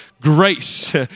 grace